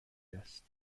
است